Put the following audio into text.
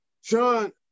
Sean